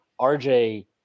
rj